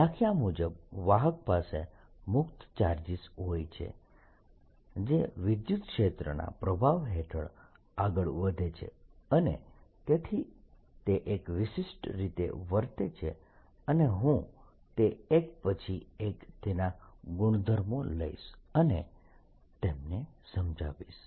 વ્યાખ્યા મુજબ વાહક પાસે મુક્ત ચાર્જીસ હોય છે જે વિદ્યુતક્ષેત્રના પ્રભાવ હેઠળ આગળ વધે છે અને તેથી તે એક વિશિષ્ટ રીતે વર્તે છે અને હું તે એક પછી એક તેના ગુણધર્મો લઈશ અને તેમને સમજાવીશ